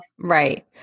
right